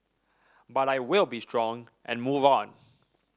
but I will be strong and move on